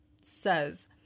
says